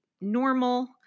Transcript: normal